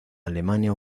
alemania